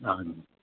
हजुर